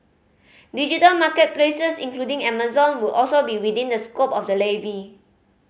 digital market places including Amazon would also be within the scope of the levy